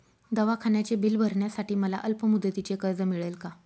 दवाखान्याचे बिल भरण्यासाठी मला अल्पमुदतीचे कर्ज मिळेल का?